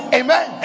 amen